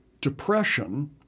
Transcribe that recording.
depression